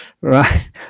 Right